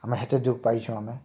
ଆମେ ହେତେ ଦୁଃଖ ପାଇଛୁ ଆମେ